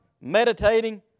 meditating